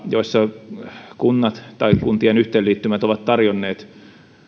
joissa kunnat tai kuntien yhteenliittymät ovat tarjonneet